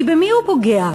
כי במי הוא פוגע?